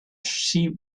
sheep